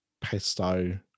pesto